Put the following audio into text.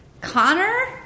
Connor